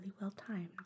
well-timed